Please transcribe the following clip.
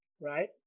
right